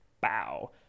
Bow